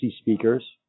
speakers